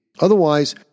Otherwise